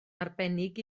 arbennig